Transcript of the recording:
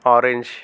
orange